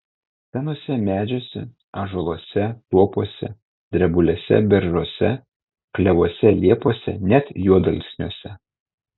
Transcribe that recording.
senuose medžiuose ąžuoluose tuopose drebulėse beržuose klevuose liepose net juodalksniuose